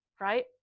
right